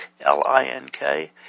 L-I-N-K